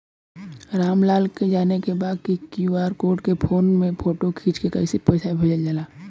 राम लाल के जाने के बा की क्यू.आर कोड के फोन में फोटो खींच के पैसा कैसे भेजे जाला?